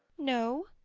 no.